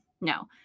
No